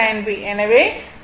எனவே அது 13